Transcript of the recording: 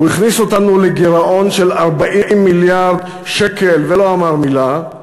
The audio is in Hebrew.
הוא הכניס אותנו לגירעון של 40 מיליארד שקלים ולא אמר מילה,